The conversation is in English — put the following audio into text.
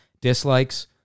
dislikes